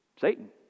Satan